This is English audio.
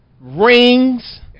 rings